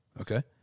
Okay